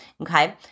Okay